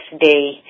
day